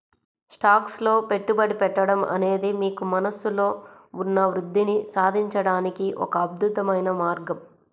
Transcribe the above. stocks లో పెట్టుబడి పెట్టడం అనేది మీకు మనస్సులో ఉన్న వృద్ధిని సాధించడానికి ఒక అద్భుతమైన మార్గం